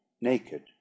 naked